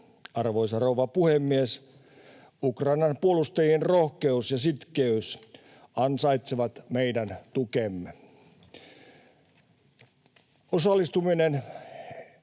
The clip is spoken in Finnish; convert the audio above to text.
Arvoisa rouva puhemies! Ukrainan puolustajien rohkeus ja sitkeys ansaitsevat meidän tukemme.